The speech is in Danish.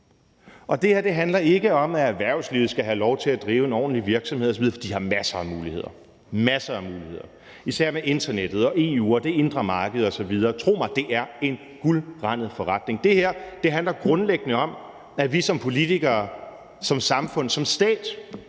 Det her handler ikke om, at erhvervslivet ikke skal have lov til at drive en ordentlig virksomhed osv. De har masser af muligheder, masser af muligheder, især med internettet og EU og det indre marked osv. Tro mig, det er en guldrandet forretning. Det her handler grundlæggende om, at vi som politikere, som samfund, som stat